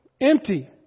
empty